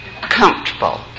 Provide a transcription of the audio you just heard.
comfortable